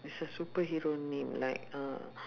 is a superhero name like uh